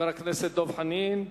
חבר הכנסת דב חנין,